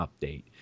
update